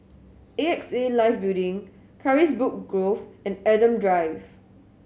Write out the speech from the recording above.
A X A Life Building Carisbrooke Grove and Adam Drive